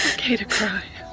okay to cry.